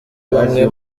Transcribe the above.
bamwe